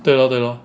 对咯对咯